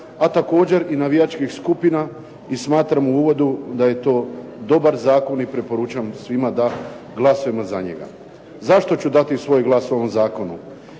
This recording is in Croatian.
a također i navijačkih skupina i smatramo u uvodu da je to dobar zakon i preporučam svima da glasujemo za njega. Zašto ću dati svoj glas ovom zakonu?